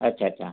अच्छा अच्छा